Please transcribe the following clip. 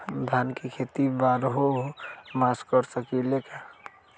धान के खेती बारहों मास कर सकीले का?